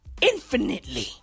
Infinitely